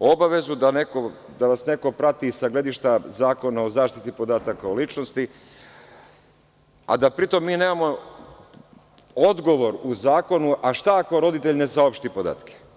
obavezu da vas neko prati i sa gledišta zakona o zaštiti podataka o ličnosti, a da pri tom mi nemamo odgovor u zakonu – a šta ako roditelj ne saopšti podatke.